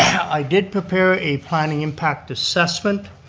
i did prepare a planning impact assessment.